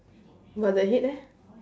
but the head eh